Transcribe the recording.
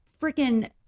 freaking